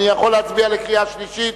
אני יכול להצביע בקריאה שלישית?